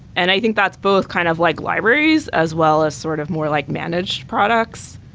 and i think that's both kind of like libraries as well as sort of more like managed products.